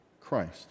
Christ